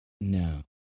No